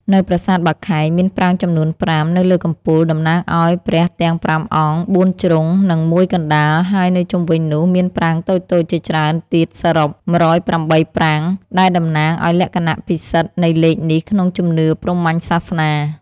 នៅប្រាសាទបាខែង មានប្រាង្គចំនួន ប្រាំ នៅលើកំពូល តំណាងឱ្យព្រះទាំងប្រាំអង្គ បួនជ្រុង និងមួយកណ្តាល ហើយនៅជុំវិញនោះមានប្រាង្គតូចៗជាច្រើនទៀតសរុប ១០៨ ប្រាង្គ ដែលតំណាងឱ្យលក្ខណៈពិសិដ្ឋនៃលេខនេះក្នុងជំនឿព្រហ្មញ្ញសាសនា។